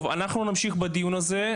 טוב, אנחנו נמשיך בדיון הזה.